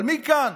אבל מכאן